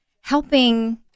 helping